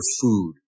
food